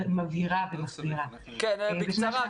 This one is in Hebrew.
ומבהירה --- בקצרה,